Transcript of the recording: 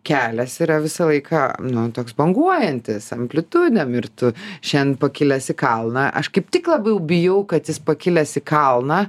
kelias yra visą laiką nu toks banguojantis amplitudėm ir tu šen pakilęs į kalną aš kaip tik labiau bijau kad jis pakilęs į kalną